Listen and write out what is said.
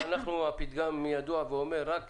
הפתגם ידוע ואומר שרק